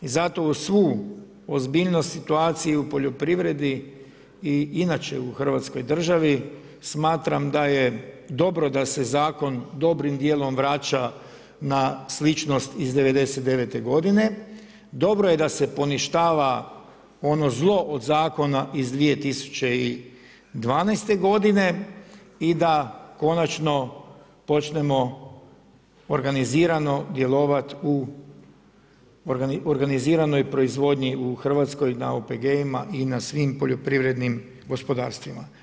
I zato uz svu ozbiljnost i situaciju u poljoprivredi i inače u hrvatskoj državi, smatram da je dobro da se zakon dobrim djelom vraća na sličnost iz '99. godine, dobro je da se poništava ono zlo od zakona iz 2012. godine i da konačno počnemo organizirano djelovati u organiziranoj proizvodnji u Hrvatskoj na OPG-ima i na svim poljoprivrednim gospodarstvima.